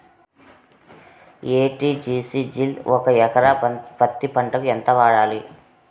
ఎ.టి.జి.సి జిల్ ఒక ఎకరా పత్తి పంటకు ఎంత వాడాలి?